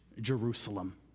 Jerusalem